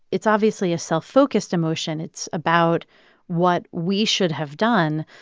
it's obviously a self-focused emotion. it's about what we should have done.